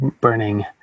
burning